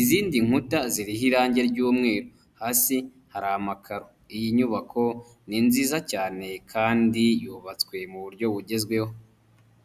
Izindi nkuta ziriho irange ry'umweru, hasi hari amakaro. Iyi nyubako ni nziza cyane kandi yubatswe mu buryo bugezweho.